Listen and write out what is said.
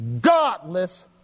godless